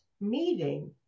meeting